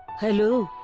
hello!